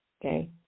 Okay